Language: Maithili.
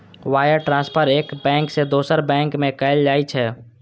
वायर ट्रांसफर एक बैंक सं दोसर बैंक में कैल जाइ छै